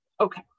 Okay